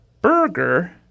Burger